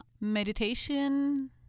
meditation